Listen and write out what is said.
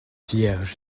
vierge